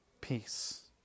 peace